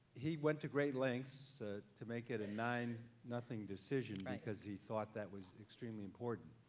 he went to great lengths to make it a nine nothing decision because he thought that was extremely important.